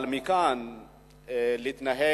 אבל מכאן להתנהג